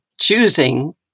choosing